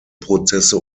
prozesse